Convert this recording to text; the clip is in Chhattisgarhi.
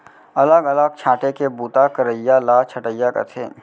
अलग अलग छांटे के बूता करइया ल छंटइया कथें